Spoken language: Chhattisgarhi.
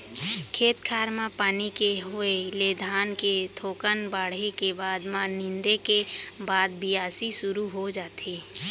खेत खार म पानी के होय ले धान के थोकन बाढ़े के बाद म नींदे के बाद बियासी सुरू हो जाथे